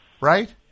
Right